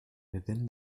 within